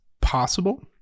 possible